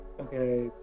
Okay